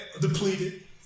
depleted